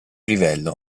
livello